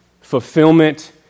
fulfillment